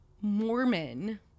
Mormon